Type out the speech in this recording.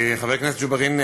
חבר הכנסת ג'בארין,